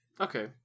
okay